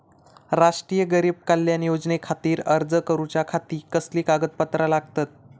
राष्ट्रीय गरीब कल्याण योजनेखातीर अर्ज करूच्या खाती कसली कागदपत्रा लागतत?